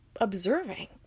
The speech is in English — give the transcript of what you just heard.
observing